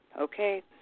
Okay